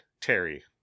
terry